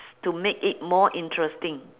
to make it more interesting